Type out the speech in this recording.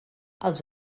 els